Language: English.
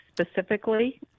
specifically